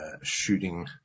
shooting